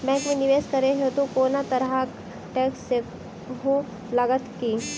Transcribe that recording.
Bank मे निवेश करै हेतु कोनो तरहक टैक्स सेहो लागत की?